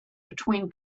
between